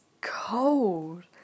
cold